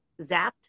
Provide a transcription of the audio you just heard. zapped